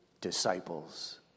disciples